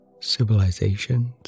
civilizations